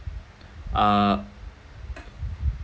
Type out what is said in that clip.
uh